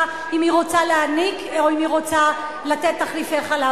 אם היא רוצה להיניק או אם היא רוצה לתת תחליפי חלב?